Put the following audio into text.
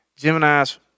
Geminis